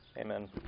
Amen